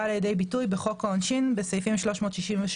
בא לידי ביטוי בחוק העונשין בסעיפים 363,